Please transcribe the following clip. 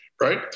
right